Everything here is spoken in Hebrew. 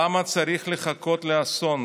למה צריך לחכות לאסון?